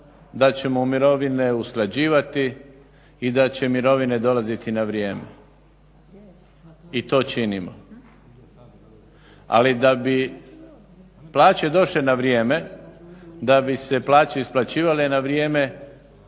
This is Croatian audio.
da ćemo mirovine usklađivati i da će mirovine dolaziti na vrijeme i to činimo. Ali da bi plaće došle na vrijeme, da bi se plaće isplaćivale na vrijeme,